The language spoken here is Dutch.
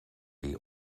die